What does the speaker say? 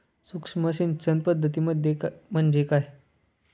सूक्ष्म सिंचन पद्धती म्हणजे काय?